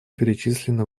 перечислены